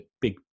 big